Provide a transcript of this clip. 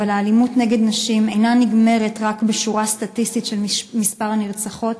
אבל האלימות נגד נשים אינה נגמרת רק בשורה סטטיסטית של מספר הנרצחות.